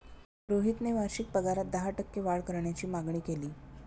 रोहितने वार्षिक पगारात दहा टक्के वाढ करण्याची मागणी केली